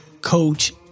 Coach